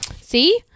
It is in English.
See